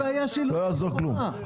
לא יעזור כלום.